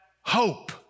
hope